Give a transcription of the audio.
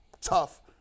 tough